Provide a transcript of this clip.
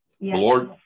Lord